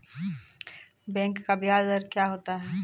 Bank का ब्याज दर क्या होता हैं?